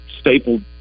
stapled